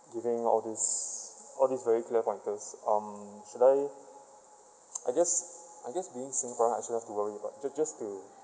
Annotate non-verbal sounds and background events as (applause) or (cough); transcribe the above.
giving all these all these very clear pointers um should I (noise) I guess I guess being singaporean I shouldn't have to worry about just just to